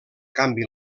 canvi